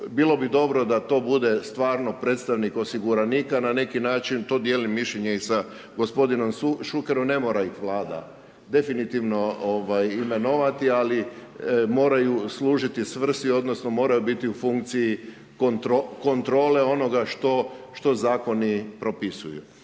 bilo bi dobro da to bude stvarno predstavnik osiguranika na neki način, to dijelim mišljenje i sa gospodinom Šukerom, ne mora ih Vlada definitivno imenovati, ali moraju služiti svrsi odnosno moraju biti u funkciji kontrole onoga što Zakoni propisuju.